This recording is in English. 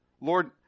Lord